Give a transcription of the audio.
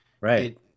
right